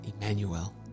Emmanuel